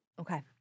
Okay